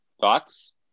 Thoughts